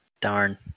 Darn